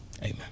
Amen